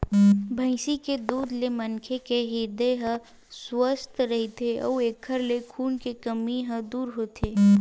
भइसी के दूद ले मनखे के हिरदे ह सुवस्थ रहिथे अउ एखर ले खून के कमी ह दूर होथे